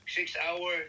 Six-hour